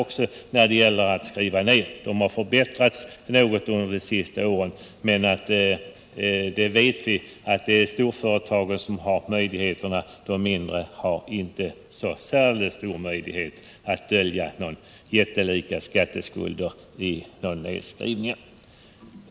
Visserligen har deras möjligheter förbättrats något under de senaste åren, men det är endast storföretagen som haft verkliga möjligheter till konsolidering genom avskrivningar och avsättningar till investeringskonto.